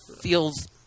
feels